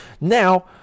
now